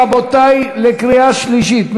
רבותי, אנחנו עוברים לקריאה שלישית.